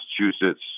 Massachusetts